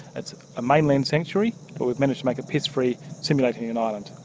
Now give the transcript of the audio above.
it's a mainland sanctuary but we've managed to make it pest free, simulating an island.